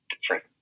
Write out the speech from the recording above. different